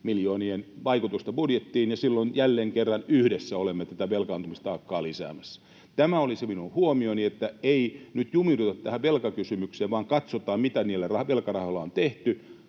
miljoonien vaikutusta budjettiin. Silloin jälleen kerran yhdessä olemme tätä velkaantumistaakkaa lisäämässä. Tämä oli se minun huomioni, että ei nyt jumiuduta tähän velkakysymykseen vaan katsotaan, mitä niillä velkarahoilla on tehty.